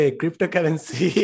cryptocurrency